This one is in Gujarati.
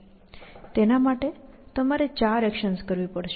તેના માટે તમારે ચાર એક્શન્સ કરવી પડશે